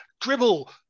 dribble